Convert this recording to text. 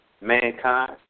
mankind